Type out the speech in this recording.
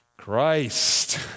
Christ